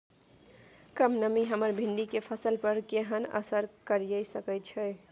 कम नमी हमर भिंडी के फसल पर केहन असर करिये सकेत छै?